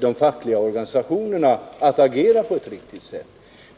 de fackliga organisationerna att agera på ett riktigt sätt.